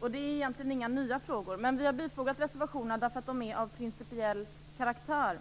Det är egentligen inga nya frågor, men vi har bifogat reservationerna för att de är av principiell karaktär.